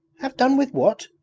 have done with what?